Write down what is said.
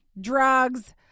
drugs